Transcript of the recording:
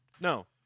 no